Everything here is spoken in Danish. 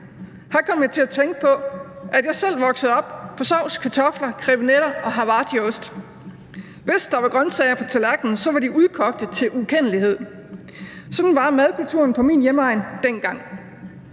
Her kom jeg til at tænke på, at jeg selv voksede op på sovs, kartofler, krebinetter og havartiost. Hvis der var grøntsager på tallerkenen, var de udkogte til ukendelighed. Sådan var madkulturen på min hjemegn dengang.